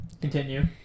continue